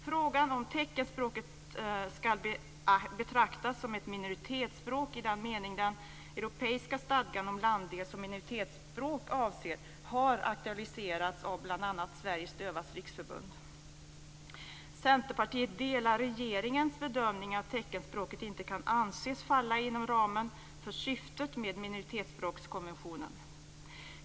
Frågan om huruvida teckenspråket ska betraktas som ett minoritetsspråk i den mening som den europeiska stadgan om landdelsoch minoritetsspråk avser har aktualiserats av bl.a. Sveriges Dövas Riksförbund. Centerpartiet delar regeringens bedömning att teckenspråket inte kan anses falla inom ramen för syftet med minoritetsspråkskonventionen.